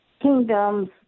kingdoms